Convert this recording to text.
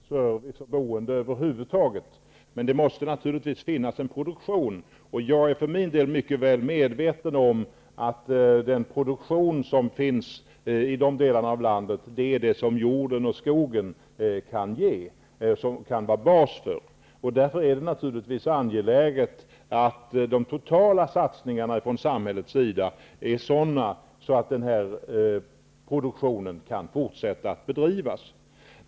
Fru talman! Det är en intressant och viktig fråga. Det handlar naturligtvis inte bara om ett mejeri i inlandet, utan också om sysselsättning, service och boende över huvud taget. Men det måste ju finnas en produktion. Jag är för min del mycket väl medveten om att den produktion som finns i dessa delar av landet är den som jorden och skogen kan ge. Det är därför angeläget att samhällets totala satsningar är sådana att produktionen kan fortsätta att bedrivas.